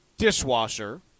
dishwasher